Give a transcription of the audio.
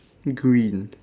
green